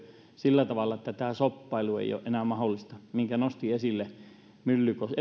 sillä tavalla että ei ole enää mahdollista tämä shoppailu minkä edustaja myllykoski